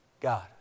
God